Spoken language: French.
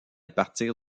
partir